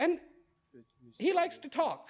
and he likes to talk